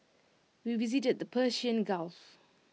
we visited the Persian gulf